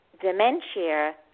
Dementia